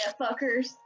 fuckers